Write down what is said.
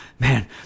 Man